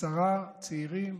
ועשרה צעירים,